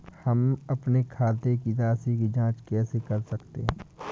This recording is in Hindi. हम अपने खाते की राशि की जाँच कैसे कर सकते हैं?